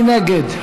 מי נגד?